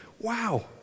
wow